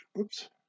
Oops